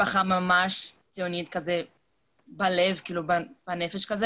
משפחה ציונית בלב ובנפש.